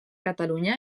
catalunya